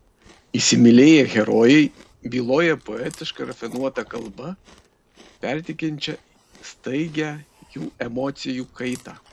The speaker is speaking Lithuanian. įsimylėję herojai byloja poetiška rafinuota kalba perteikiančia staigią jų emocijų kaitą